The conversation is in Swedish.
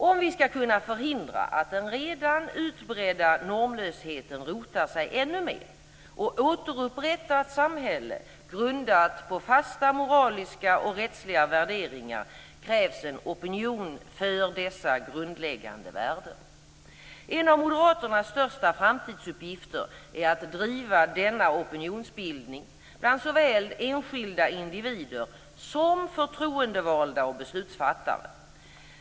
Om vi skall kunna förhindra att den redan utbredda normlösheten rotar sig ännu mer och återupprätta ett samhälle grundat på fasta moraliska och rättsliga värderingar krävs en opinion för dessa grundläggande värden. En av Moderaternas största framtidsuppgifter är att driva denna opinionsbildning bland såväl enskilda individer som bland förtroendevalda och beslutsfattare.